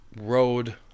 road